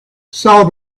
saw